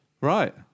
Right